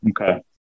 Okay